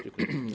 Dziękuję.